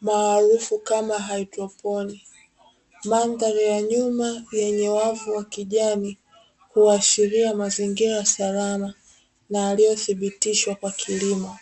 maarufu kama haidroponi, madhari ya nyuma yenye wavu wa kijani huashiria mazingira salama na aliyothibitishwa kwa kilimo.